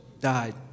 died